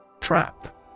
Trap